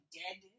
dead